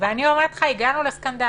ואני אומרת לך, הגענו לסקנדל.